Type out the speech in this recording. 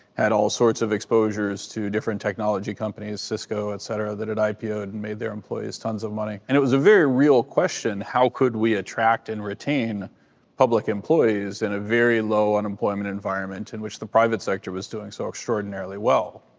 had all sorts of exposures to different technology companies, cisco, etc, that an ipo and made their employees tons of money. and it was a very real question how could we attract and retain public employees in and a very low unemployment environment in which the private sector was doing so extraordinarily well?